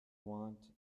want